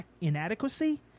inadequacy